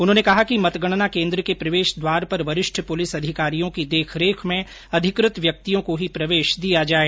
उन्होंने कहा कि मतगणना केंद्र के प्रवेश द्वार पर वरिष्ठ पुलिस अधिकारियों की देखरेख में अधिकृत व्यक्तियों को ही प्रवेश दिया जाए